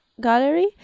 gallery